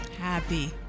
happy